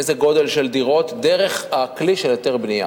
איזה גודל של דירות, דרך הכלי של היתר בנייה.